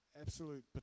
absolute